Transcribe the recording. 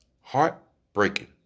heartbreaking